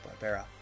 Barbera